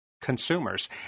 consumers